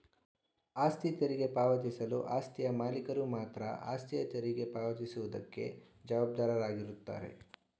ಆಸ್ತಿ ತೆರಿಗೆ ಪಾವತಿಸಲು ಆಸ್ತಿಯ ಮಾಲೀಕರು ಮಾತ್ರ ಆಸ್ತಿಯ ತೆರಿಗೆ ಪಾವತಿ ಸುವುದಕ್ಕೆ ಜವಾಬ್ದಾರಾಗಿರುತ್ತಾರೆ